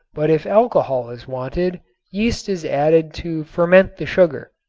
but if alcohol is wanted yeast is added to ferment the sugar.